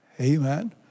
Amen